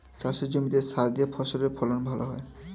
চাষের জমিতে সার দিলে ফসলের ফলন ভালো হয়